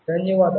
ధన్యవాదాలు